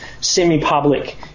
semi-public